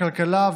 הכלכלה,